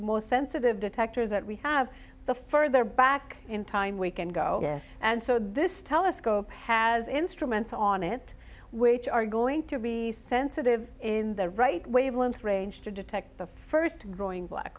more sensitive detectors that we have the further back in time we can go and so this telescope has instruments on it which are going to be sensitive in the right wavelength rain to detect the first growing black